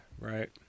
right